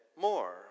more